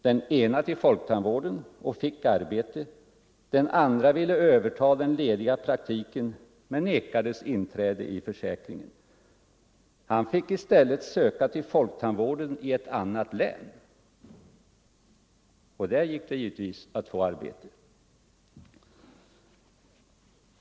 Den ena sökte till folktandvården och fick arbete, den andra ville överta den lediga praktiken men vägrades inträde i försäkringen. Han fick i stället söka till folktandvården i ett annat län, och där gick det givetvis att få arbete.